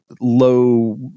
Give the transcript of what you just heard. low